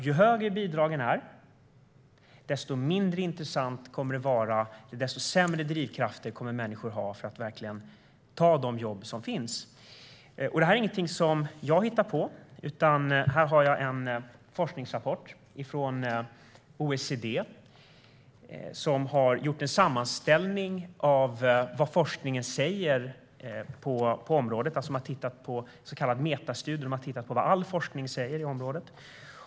Ju högre bidragen är, desto sämre drivkrafter kommer människor att ha för att verkligen ta de jobb som finns. Det här är ingenting som jag hittar på. I en forskningsrapport från OECD har man gjort en sammanställning, metastudier, av vad forskningen säger på området.